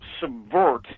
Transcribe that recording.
subvert